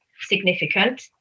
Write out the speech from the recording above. significant